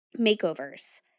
makeovers